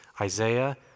Isaiah